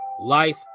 Life